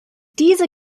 diese